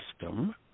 system